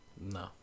No